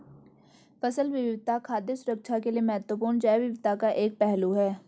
फसल विविधता खाद्य सुरक्षा के लिए महत्वपूर्ण जैव विविधता का एक पहलू है